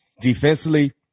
Defensively